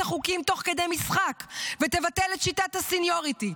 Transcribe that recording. החוקים תוך כדי משחק ותבטל את שיטת הסניוריטי,